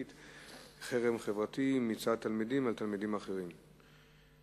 שמדובר בחרם חברתי מצד תלמידים על תלמידים אחרים בתוך מסגרת כיתתית.